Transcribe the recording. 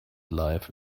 life